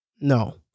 No